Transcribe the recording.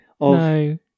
No